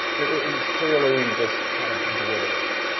it was it was clearly just kind of derivative.